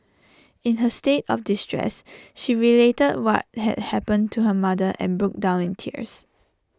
in her state of distress she related what had happened to her mother and broke down in tears